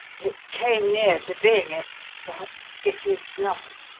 it came near to being it but it is not,